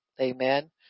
Amen